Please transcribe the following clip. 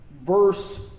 verse